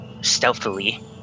stealthily